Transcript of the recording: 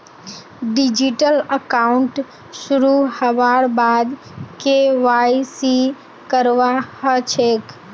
digital account शुरू हबार बाद के.वाई.सी करवा ह छेक